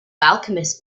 alchemists